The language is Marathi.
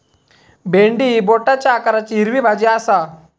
भेंडी ही बोटाच्या आकाराची हिरवी भाजी आसा